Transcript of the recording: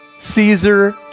Caesar